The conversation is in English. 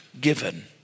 given